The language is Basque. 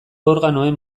organoen